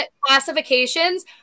classifications